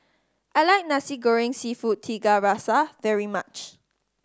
I like Nasi Goreng Seafood Tiga Rasa very much